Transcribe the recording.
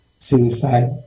suicide